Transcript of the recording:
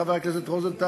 חבר הכנסת רוזנטל?